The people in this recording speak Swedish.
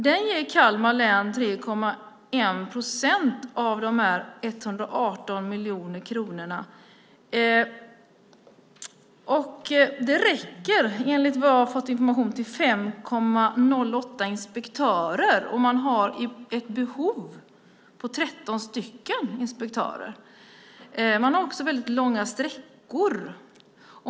Den ger Kalmar län 3,1 procent av dessa 118 miljoner kronor. Det räcker, enligt var jag har fått för information, till 5,08 inspektörer, och man har ett behov på 13 inspektörer. Det är också väldigt långa sträckor.